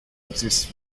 exists